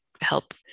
help